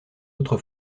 autre